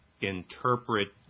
interpret